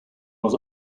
was